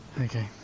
Okay